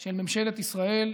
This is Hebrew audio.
של ממשלת ישראל.